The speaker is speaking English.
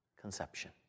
Conception